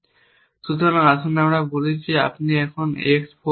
সুতরাং আসুন আমরা বলি যে আপনি এখন x 4 দেখছেন